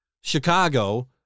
Chicago